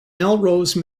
melrose